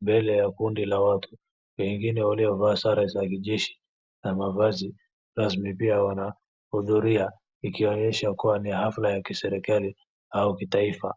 mbele ya kundi la watu. Wengine waliovaa sare za kijeshi na mavazi rasmi pia wanahudhuria ikionyesha ni hafla ya kiserikali au kitaifa.